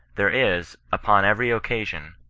there is, upon every occasion,